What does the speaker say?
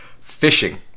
fishing